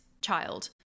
child